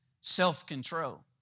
self-control